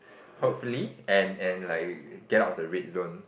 hopefully and and like get out of the red zone